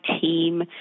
team